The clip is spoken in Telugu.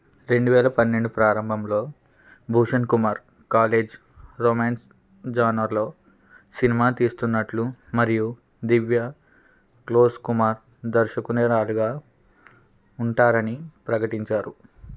రెండు వేల పన్నెండు ప్రారంభంలో భూషణ్ కుమార్ కాలేజ్ రొమాన్స్ జానర్లో సినిమా తీస్తున్నట్లు మరియు దివ్య క్లోస్ కుమార్ దర్శకురాలుగా ఉంటారని ప్రకటించారు